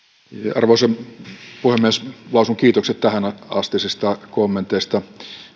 arvoisa puhemies lausun kiitokset tähänastisista kommenteista